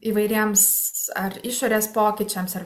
įvairiems ar išorės pokyčiams ar